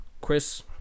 Chris